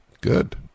Good